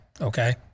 okay